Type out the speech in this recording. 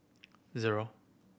zero